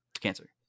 Cancer